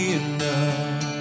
enough